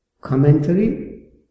commentary